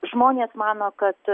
žmonės mano kad